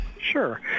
sure